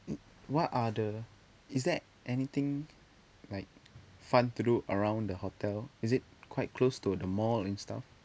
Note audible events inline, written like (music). (noise) what are the is there anything like fun to do around the hotel is it quite close to the mall and stuff